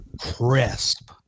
Crisp